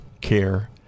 care